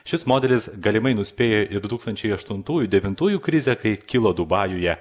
šis modelis galimai nuspėjo ir du tūkstančiai aštuntųjų devintųjų krizę kai kilo dubajuje